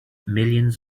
millions